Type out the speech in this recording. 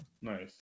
Nice